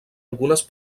algunes